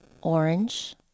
orange